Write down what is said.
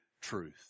truth